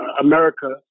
America